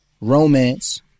romance